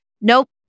nope